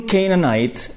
Canaanite